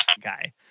guy